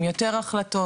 עם יותר החלטות,